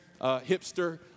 hipster